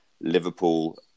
Liverpool